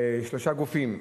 לשלושה גופים: